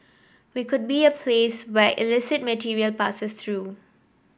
we could be a place where illicit material passes through